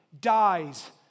dies